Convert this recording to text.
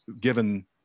given